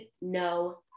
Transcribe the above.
no